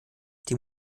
die